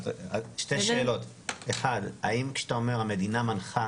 שתי שאלות, אחד, האם כשאתה אומר המדינה מנחה